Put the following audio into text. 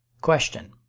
Question